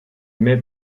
meix